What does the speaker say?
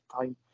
time